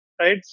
right